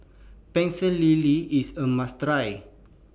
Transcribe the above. Pecel Lele IS A must Try